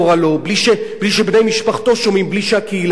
בלי שבני משפחתו שומעים ובלי שהקהילה שומעת.